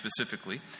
specifically